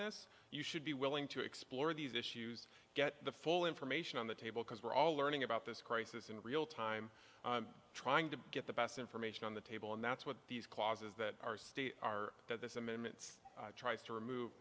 this you should be willing to explore these issues get the full information on the table because we're all learning about this crisis in real time trying to get the best information on the table and that's what these clauses that are states are that this amendments tries to remove